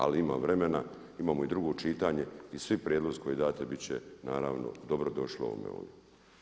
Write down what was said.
Ali ima vremena, imamo i drugo čitanje i svi prijedlozi koje date bit će naravno dobrodošli ovdje.